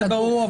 זה ברור.